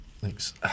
Thanks